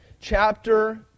Chapter